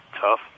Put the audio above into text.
tough